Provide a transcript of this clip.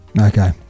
Okay